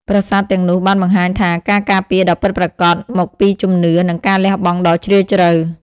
ប្រាសាទទាំងនោះបានបង្ហាញថាការការពារដ៏ពិតប្រាកដមកពីជំនឿ និងការលះបង់ដ៏ជ្រាលជ្រៅ។